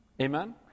Amen